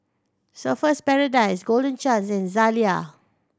Surfer's Paradise Golden Chance and Zalia